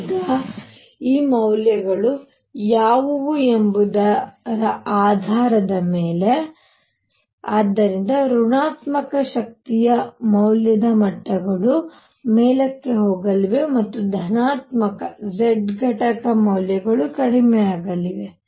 ಈಗ ಈ ಮೌಲ್ಯಗಳು ಯಾವುವು ಎಂಬುದರ ಆಧಾರದ ಮೇಲೆ ಆದ್ದರಿಂದ ಋ ಣಾತ್ಮಕ ಶಕ್ತಿಯ ಮೌಲ್ಯದ ಮಟ್ಟಗಳು ಮೇಲಕ್ಕೆ ಹೋಗಲಿವೆ ಮತ್ತು ಧನಾತ್ಮಕ z ಘಟಕ ಮೌಲ್ಯಗಳು ಕಡಿಮೆಯಾಗಲಿವೆ